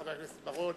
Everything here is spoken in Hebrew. חבר הכנסת רוני